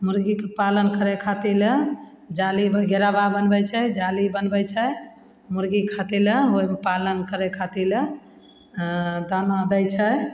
मुरगीके पालन करै खातिर ले जालीमे गिलेबा बनबै छै जाली बनबै छै मुरगी खातिर ले ओहिमे पालन करै खातिर ले दाना दै छै